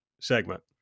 segment